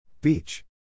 Beach